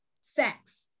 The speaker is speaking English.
sex